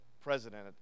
president